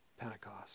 Pentecost